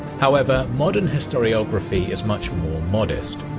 however, modern historiography is much more modest.